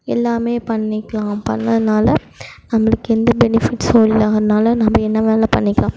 எல்லாமேம் பண்ணிக்கலாம் பண்ணதினால அவங்களுக்கு எந்த பெனிஃபிட்ஸும் இல்லை அதனால நம்ம என்ன வேலைலா பண்ணிக்கலாம்